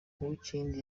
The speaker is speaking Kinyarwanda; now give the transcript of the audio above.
uwinkindi